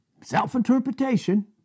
Self-interpretation